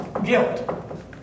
Guilt